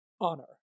Honor